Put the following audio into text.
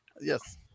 yes